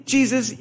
Jesus